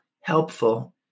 helpful